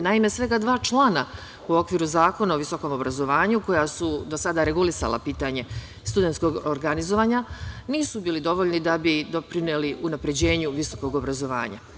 Naime, svega dva člana u okviru Zakona o visokom obrazovanju, koja su do sada regulisala pitanje studentskog organizovanja, nisu bili dovoljni da bi doprineli unapređenju visokog obrazovanja.